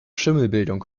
schimmelbildung